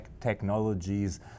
technologies